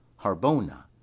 Harbona